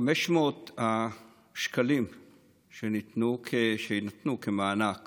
על הילדים שיקבלו כמענק